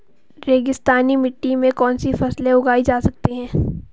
रेगिस्तानी मिट्टी में कौनसी फसलें उगाई जा सकती हैं?